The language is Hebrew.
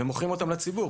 ומוכרות אותם לציבור,